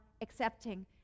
accepting